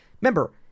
Remember